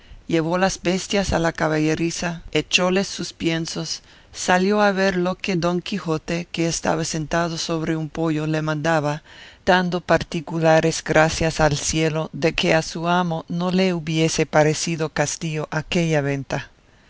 llevó las bestias a la caballeriza echóles sus piensos salió a ver lo que don quijote que estaba sentado sobre un poyo le mandaba dando particulares gracias al cielo de que a su amo no le hubiese parecido castillo aquella venta